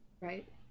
right